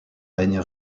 règne